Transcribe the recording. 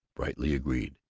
brightly agreed.